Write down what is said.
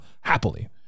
happily